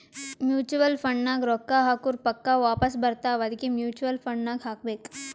mutual fund ನಾಗ್ ರೊಕ್ಕಾ ಹಾಕುರ್ ಪಕ್ಕಾ ವಾಪಾಸ್ ಬರ್ತಾವ ಅದ್ಕೆ ಮೂಚುವಲ್ ಫಂಡ್ ನಾಗ್ ಹಾಕಬೇಕ್